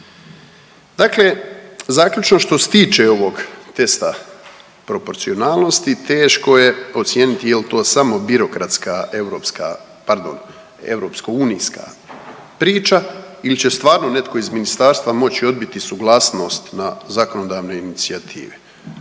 Dakle, zaključno što se tiče ovog testa proporcionalnosti teško je ocijeniti jel to samo birokratska europska, pardon europsko unijska priča il će stvarno netko iz ministarstva moći odbiti suglasnost na zakonodavne inicijative.